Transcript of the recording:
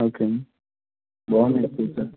okay అండి బాగుంది feature